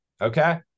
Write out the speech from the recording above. Okay